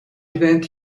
event